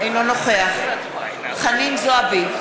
אינו נוכח חנין זועבי,